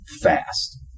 fast